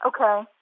Okay